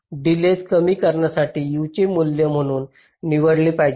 delays कमी करण्यासाठी U चे मूल्य म्हणून निवडले पाहिजे